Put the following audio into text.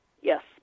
Yes